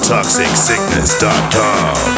Toxicsickness.com